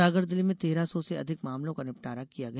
सागर जिले में तेरह सौ से अधिक मामलों का निपटारा किया गया